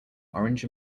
orange